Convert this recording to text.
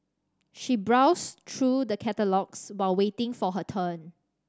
she browsed through the catalogues while waiting for her turn